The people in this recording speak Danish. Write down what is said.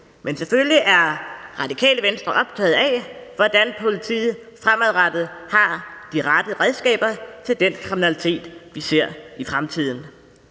Men selvfølgelig er Radikale Venstre optaget af, hvordan politiet fremadrettet har de rette redskaber til den kriminalitet, vi ser i fremtiden,